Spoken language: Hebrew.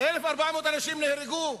1,400 אנשים נהרגו,